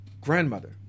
grandmother